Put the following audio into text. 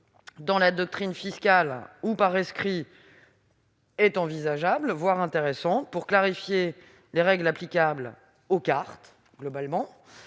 dans la doctrine fiscale ou par rescrit est envisageable, voire intéressante, pour clarifier les règles applicables aux cartes. Par